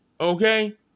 Okay